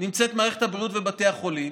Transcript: נמצאים מערכת הבריאות ובתי החולים.